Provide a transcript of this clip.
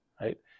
right